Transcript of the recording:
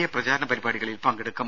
A പ്രചാരണ പരിപാടികളിൽ പങ്കെടുക്കും